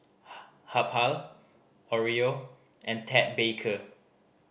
Habhal Oreo and Ted Baker